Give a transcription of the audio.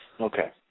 Okay